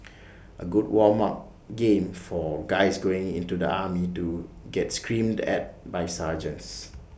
A good warm up game for guys going into the army to get screamed at by sergeants